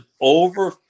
over